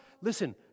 listen